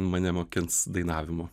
mane mokins dainavimo